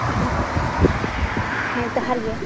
ᱦᱮᱸ ᱦᱮᱸ ᱡᱚᱦᱟᱨ ᱜᱮ